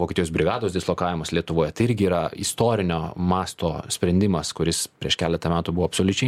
vokietijos brigados dislokavimas lietuvoje tai irgi yra istorinio masto sprendimas kuris prieš keletą metų buvo absoliučiai